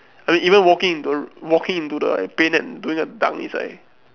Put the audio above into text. i mean even walking into walking into the paint and doing a dunk inside